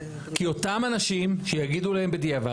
כי אותם אנשים שיגידו להם בדיעבד,